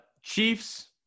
Chiefs